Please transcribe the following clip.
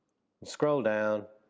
scroll down,